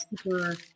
super